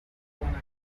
wanna